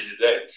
today